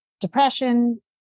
depression